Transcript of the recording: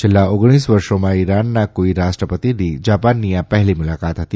છેલ્લા ઓગણીસ વર્ષોમાં ઇરાનના કોઇ રાષ્ટ્રપતિની જાપાનની આ પહેલી મુલાકાત હતી